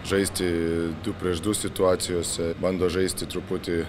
žaisti du prieš du situacijose bando žaisti truputį